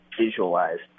visualized